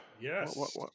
Yes